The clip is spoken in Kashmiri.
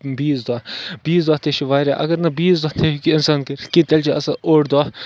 بیٚیِس دۄہ بیٚیِس دۄہ تہِ چھِ واریاہ اَگر نہٕ بیٚیِس دۄہ تہِ ہیٚکہِ اِنسان کٔرِتھ کینٛہہ تیٚلہِ چھُِ آسان اوٚڑ دۄہ